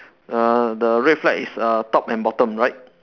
uh the red flag is uh top and bottom right